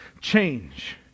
change